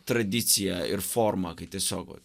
tradicija ir forma kai tiesiog vat